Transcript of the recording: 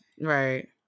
Right